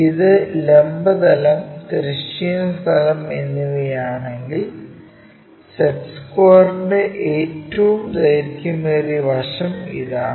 ഇത് ലംബ തലം തിരശ്ചീന തലം എന്നിവയാണെങ്കിൽ സെറ്റ് സ്ക്വയറിന്റെ ഏറ്റവും ദൈർഘ്യമേറിയ വശം ഇതാണ്